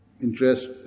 interest